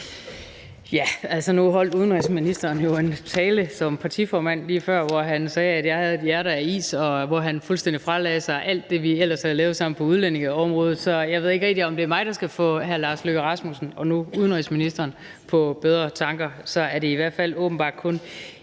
Altså, nu holdt udenrigsministeren jo en tale som partiformand lige før, hvor han sagde, at jeg havde et hjerte af is, og hvor han fuldstændig fralagde sig alt det, vi ellers havde lavet sammen på udlændingeområdet, så jeg ved ikke rigtig, om det er mig, der skal få hr. Lars Løkke Rasmussen, nu udenrigsminister, på bedre tanker – så er det i hvert fald åbenbart kun,